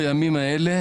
בימים האלה,